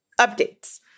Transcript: updates